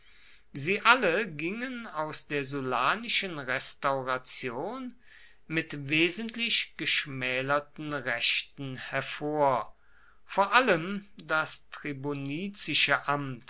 sie alle gingen aus der sullanischen restauration mit wesentlich geschmälerten rechten hervor vor allem das